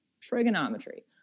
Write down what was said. trigonometry